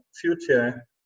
future